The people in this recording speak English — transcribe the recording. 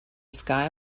sky